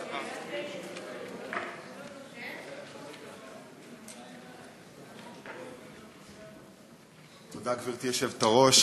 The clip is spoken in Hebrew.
גברתי היושבת-ראש,